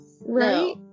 Right